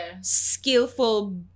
skillful